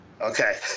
okay